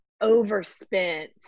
overspent